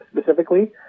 specifically